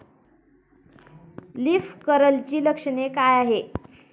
Leaf कर्लची लक्षणे काय आहेत?